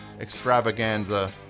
extravaganza